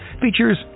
features